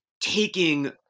taking